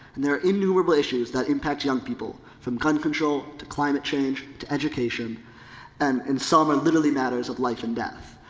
and there are innumerable issues that impact young people from gun control to climate change to education and in some in literally matters of life and death.